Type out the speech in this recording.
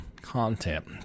content